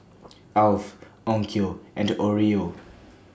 Alf Onkyo and Oreo